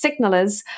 signalers